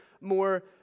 more